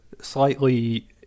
slightly